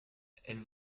elles